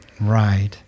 Right